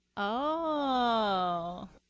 oh.